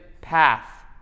path